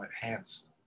hands